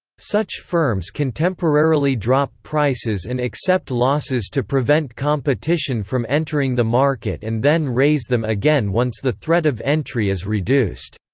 such firms can temporarily drop prices and accept losses to prevent competition from entering the market and then raise them again once the threat of entry is reduced.